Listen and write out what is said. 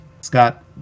Scott